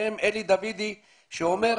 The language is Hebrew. בהם אלי דוידי שאומר,